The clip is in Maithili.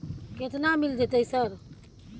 केतना मिल जेतै सर?